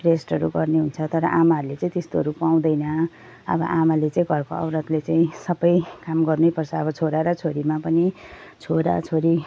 रेस्टहरू गर्नुहुन्छ तर आमाहरूले चाहिँ त्यस्तोहरू पाउँदैन अब आमाले चाहिँ घरको औरतले चाहिँ सबै काम गर्नैपर्छ अब छोरा र छोरीमा पनि छोरा छोरी